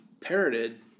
parroted